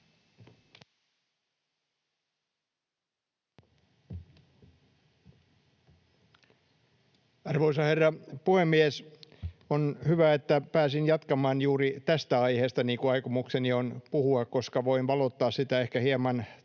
Arvoisa herra puhemies! On hyvä, että pääsin jatkamaan juuri tästä aiheesta, josta aikomukseni on puhua, koska voin valottaa sitä ehkä hieman